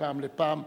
מפעם לפעם,